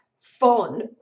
fun